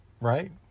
Right